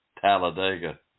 Talladega